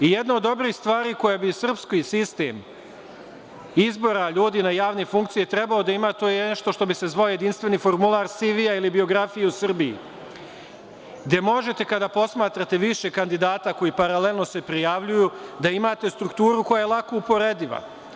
Jedna od dobrih stvari koji bi srpski sistem izbora ljudi na javnim funkcijama trebalo da ima, to je nešto što bi se zvao jedinstveni formular CV ili biografija u Srbiji, gde možete kada posmatrate više kandidata koji se paralelno prijavljuju, da imate strukturu koja je lako uporediva.